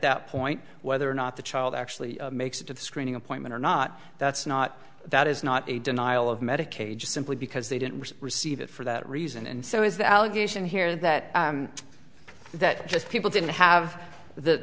that point whether or not the child actually makes it to the screening appointment or not that's not that is not a denial of medicaid just simply because they didn't receive it for that reason and so is the allegation here that that just people didn't have the